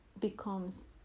becomes